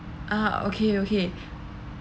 ah okay okay